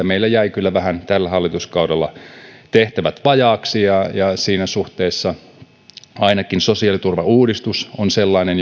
meillä jäivät kyllä vähän tällä hallituskaudella tehtävät vajaaksi ja ja siinä suhteessa ainakin sosiaaliturvauudistus on sellainen